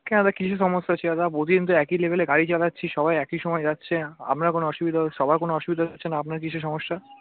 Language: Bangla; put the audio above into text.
কেন দাদা কীসে সমস্যা হচ্ছে দাদা প্রতিদিন তো একই লেভেলে গাড়ি চালাচ্ছি সবাই একই সময়ে যাচ্ছে আপনার কোনো অসুবিধা সবার কোনো অসুবিধা হচ্ছে না আপনার কীসে সমস্যা